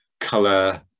color